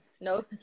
No